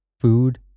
food